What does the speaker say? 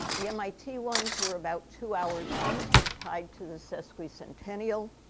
the mit ones were about two hours each, tied to the sesquicentennial.